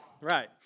right